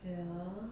ya